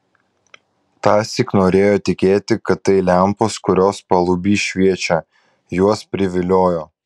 tąsyk norėjo tikėti kad tai lempos kurios paluby šviečia juos priviliojo